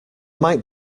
might